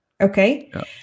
okay